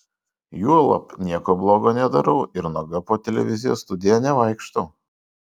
juolab nieko blogo nedarau ir nuoga po televizijos studiją nevaikštau